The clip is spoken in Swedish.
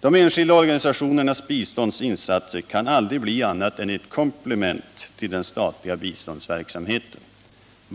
De enskilda organisationernas biståndsinsatser kan aldrig bli annat än ett komplement till den statliga biståndsverksamheten.